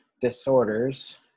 disorders